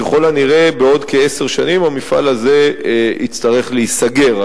ככל הנראה בעוד כעשר שנים המפעל הזה יצטרך להיסגר,